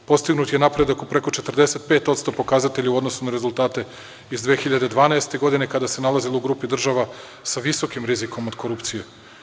Postignut je napredak u preko 45% pokazatelja u odnosu na rezultate iz 2012. godine, kada se nalazila u grupi država sa visokim rizikom od korupcije.